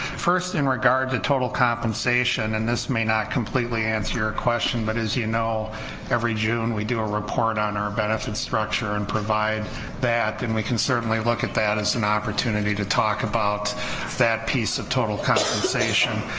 first in regard to total compensation, and this may not completely answer your question, but as you know every june we do a report on our benefits structure and provide that, and we can certainly look at that as an opportunity to talk about that piece of total compensation.